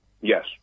Yes